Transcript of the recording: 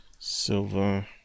Silver